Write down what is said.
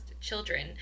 children